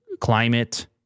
climate